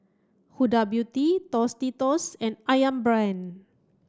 Huda Beauty Tostitos and Ayam Brand